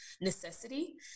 necessity